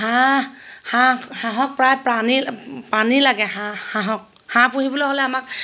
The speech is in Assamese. হাঁহ হাঁহ হাঁহক প্ৰায় প্ৰাণী পাণী লাগে হাঁহ হাঁহক হাঁহ পুহিবলৈ হ'লে আমাক